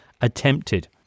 attempted